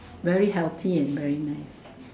very healthy and very nice